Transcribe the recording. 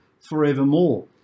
forevermore